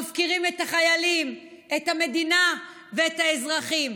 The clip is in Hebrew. מפקירים את החיילים, את המדינה ואת האזרחים.